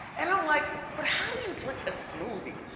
and i'm like but how to you drink a smoothie?